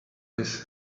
miss